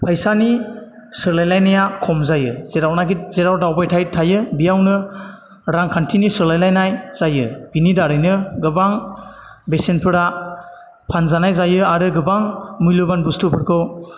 फैसानि सोलायलाइनाया खम जायो जेरावनाखि जेराव दावबायथाइ थायो बेयावनो रांखान्थिनि सोलायलाइनाय जायो बेनि दारैनो गोबां बेसेनफोरा फानजानाय जायो आरो गोबां मुइल'बान बुस्थुफोरखौ